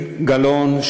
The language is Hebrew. גלאון,